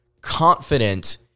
confident